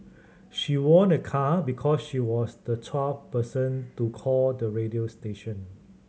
she won a car because she was the twelfth person to call the radio station